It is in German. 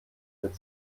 mit